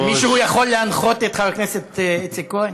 מישהו יכול להנחות את חבר הכנסת איציק כהן?